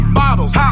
bottles